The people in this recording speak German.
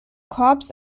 korps